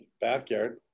backyard